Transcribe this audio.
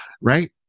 right